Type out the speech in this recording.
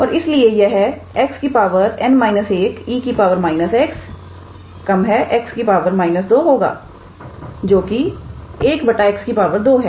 और इसलिए यह 𝑥 𝑛−1𝑒 −𝑥 𝑥 −2 होगा जो कि 1 𝑥 2 है